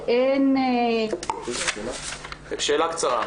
אז אני רוצה רק לסכם ולהגיד שאין --- שאלה קצרה.